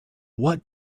what